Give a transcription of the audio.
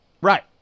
Right